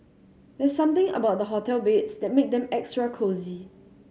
there's something about hotel beds that make them extra cosy